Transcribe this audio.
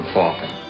Falcon